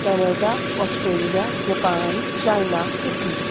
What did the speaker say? Canada Australia Japan China Italy